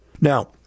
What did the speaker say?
Now